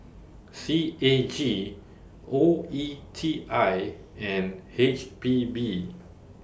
C A G O E T I and H P B